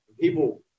People